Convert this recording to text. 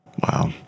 Wow